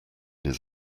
his